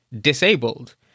disabled